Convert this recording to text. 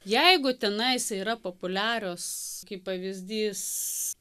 jeigu tenais yra populiarios kaip pavyzdys